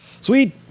sweet